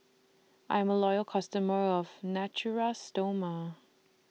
I'm A Loyal customer of Natura Stoma